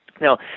Now